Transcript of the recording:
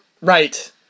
Right